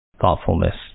thoughtfulness